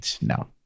No